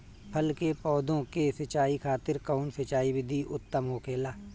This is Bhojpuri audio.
फल के पौधो के सिंचाई खातिर कउन सिंचाई विधि उत्तम होखेला?